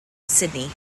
sydney